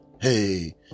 hey